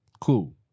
Cool